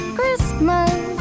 Christmas